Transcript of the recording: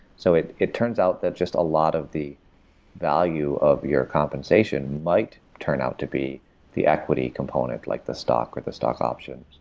so it it turns out that just a lot of the value of your compensation might turn out to be the equity component like the stock, or the stock options,